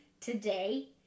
today